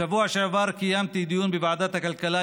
בשבוע שעבר קיימתי דיון בוועדת הכלכלה,